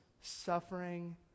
suffering